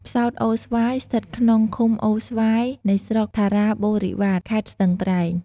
ផ្សោតអូរស្វាយ ស្ថិតក្នុងឃុំអូរស្វាយ នៃស្រុកថាឡាបូរិវ៉ាត ខេត្តស្ទឹងត្រែង។